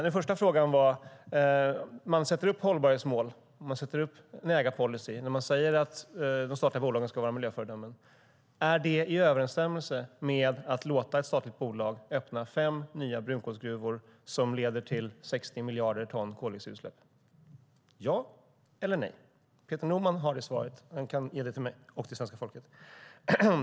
Den första frågan handlar om att man sätter upp hållbarhetsmål och en ägarpolicy samt säger att de statliga bolagen ska vara miljöföredömen. Är det i överensstämmelse med att låta ett statligt bolag öppna fem nya brunkolsgruvor som leder till 60 miljarder ton i koldioxidutsläpp? Ja eller nej - Peter Norman har svaret, och han kan ge det till mig och till svenska folket.